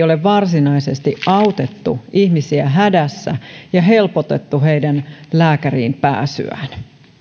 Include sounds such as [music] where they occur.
[unintelligible] ole varsinaisesti autettu ihmisiä hädässä ja helpotettu heidän lääkäriinpääsyään